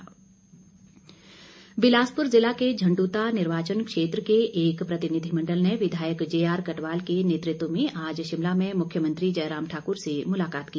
भेंट बिलासपुर जिला के झंडुता निर्वाचन क्षेत्र के एक प्रतिनिधिमंडल ने विधायक जेआरकटवाल के नेतृत्व में आज शिमला में मुख्यमंत्री जयराम ठाकुर से मुलाकात की